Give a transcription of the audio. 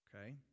Okay